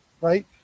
right